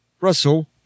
Russell